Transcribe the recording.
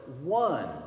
one